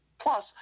Plus